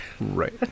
Right